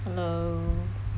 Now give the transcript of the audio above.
hello